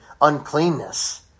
uncleanness